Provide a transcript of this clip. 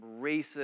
racist